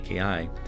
AKI